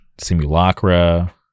Simulacra